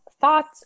thoughts